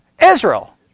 Israel